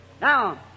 Now